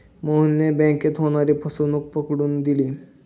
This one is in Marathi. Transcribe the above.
मोहनने बँकेत होणारी फसवणूक पकडून दिली